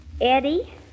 Eddie